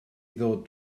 ddod